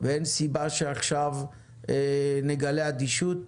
ואין סיבה שעכשיו נגלה אדישות.